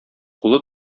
кулы